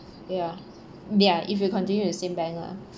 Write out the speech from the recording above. ya ya if you continue the same bank lah